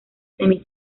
semi